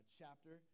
chapter